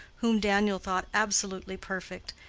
whom daniel thought absolutely perfect,